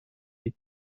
اید